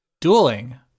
Dueling